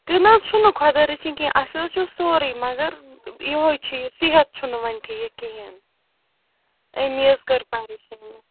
تہِ نہَ حظ چھُنہٕ خۄدا رٔچھِنۍ کیٚنٛہہ اَسہِ حظ چھُ سورُے مگر یِہےَ چھُ یہِ صحت چھُنہٕ وۅنۍ ٹھیٖک کِہیٖنۍ أمی حظ کٔر پَریشٲنی